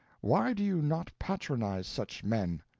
why do you not patronize such men?